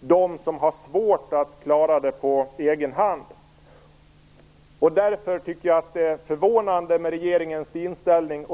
dem som har svårt att klara det på egen hand. Därför tycker jag att det är förvånande med regeringens inställning.